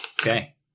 Okay